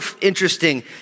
interesting